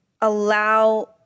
allow